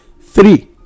Three